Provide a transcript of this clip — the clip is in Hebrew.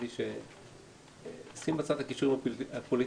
אבי - שים בצד את הכישורים הפוליטיים,